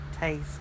taste